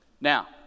Now